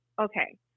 okay